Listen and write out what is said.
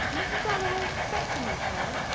mrs. dalloway expecting you, sir?